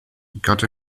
got